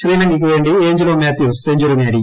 ശ്രീലങ്കയ്ക്കുവേണ്ടി Angelo Mathews century നേടി